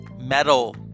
metal